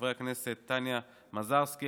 חברי הכנסת טניה מזרסקי,